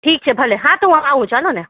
ઠીક છે ભલે ને હા તો હું આવું ચાલો ને